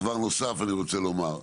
דבר נוסף שאני רוצה לומר,